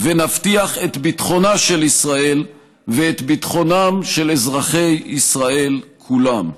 ונבטיח את ביטחונה של ישראל ואת ביטחונם של אזרחי ישראל כולם.